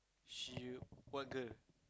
she what girl